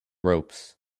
ropes